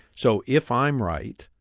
so if i'm right,